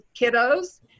kiddos